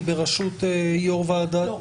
היא בראשות יו"ר ועדת --- לא,